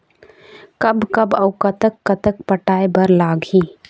कब कब अऊ कतक कतक पटाए बर लगही